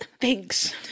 Thanks